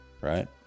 Right